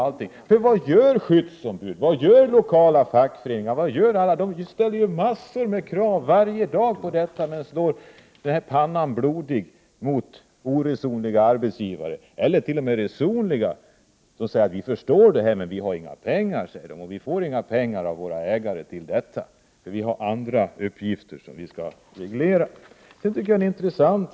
Vad är det skyddsombud och lokala fackföreningar gör? Jo, de ställer mängder av krav på detta varje dag. Men de slår pannan blodig mot oresonliga arbetsgivare, ellert.o.m. resonliga arbetsgivare, som säger att de förstår detta, men de har inga pengar. De får heller inga pengar till detta av ägarna, för de har andra uppgifter som skall skötas.